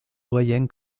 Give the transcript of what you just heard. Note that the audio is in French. doyen